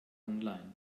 online